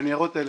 הניירות האלה